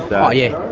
ah oh yeah,